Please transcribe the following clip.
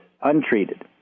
untreated